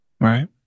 Right